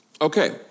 Okay